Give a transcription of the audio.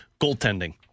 Goaltending